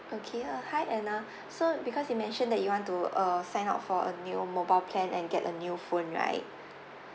okay uh hi anna so because you mentioned that you want to uh sign up for a new mobile plan and get a new phone right